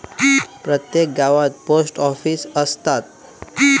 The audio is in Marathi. प्रत्येक गावात पोस्ट ऑफीस असता